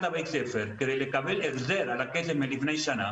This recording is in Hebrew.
בית הספר בכדי לקבל החזר על הכסף מלפני שנה